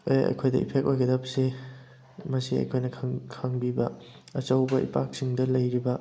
ꯑꯩꯈꯣꯏꯗ ꯏꯐꯦꯛ ꯑꯣꯏꯒꯗꯕꯁꯤ ꯃꯁꯤ ꯑꯩꯈꯣꯏꯅ ꯈꯪꯕꯤꯕ ꯑꯆꯧꯕ ꯏꯄꯥꯛꯁꯤꯡꯗ ꯂꯩꯔꯤꯕ